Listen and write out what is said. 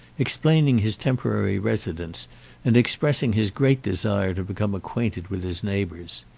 explaining his temporary residence and expressing his great desire to become acquainted with his neighbours.